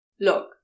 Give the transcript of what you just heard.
Look